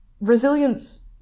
resilience